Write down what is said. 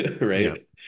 right